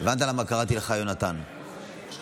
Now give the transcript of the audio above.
הבנת למה קראתי לך יהונתן בטעות?